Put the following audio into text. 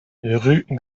rue